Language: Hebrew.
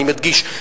אני מדגיש.